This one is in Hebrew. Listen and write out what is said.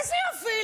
איזה יופי.